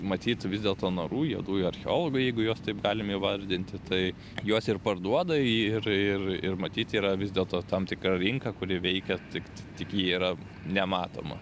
matyt vis dėlto narų juodųjų archeologų jeigu juos taip galim įvardinti tai juos ir parduoda ir ir ir matyt yra vis dėlto tam tikra rinka kuri veikia tik tik ji yra nematoma